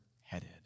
headed